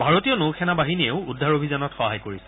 ভাৰতীয় নৌসেনা বাহিনীয়েও উদ্ধাৰ অভিযানত সহায় কৰিছে